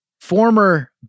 Former